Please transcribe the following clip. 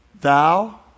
Thou